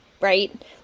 Right